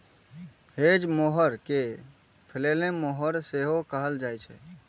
hedge mower कें फलैले mower सेहो कहल जाइ छै